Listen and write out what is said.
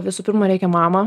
visų pirma reikia mamą